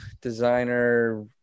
designer